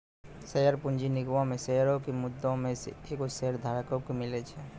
share पूंजी निगमो मे शेयरो के मुद्दइ मे से एगो शेयरधारको के मिले छै